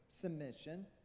submission